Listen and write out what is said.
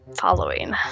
following